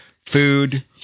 Food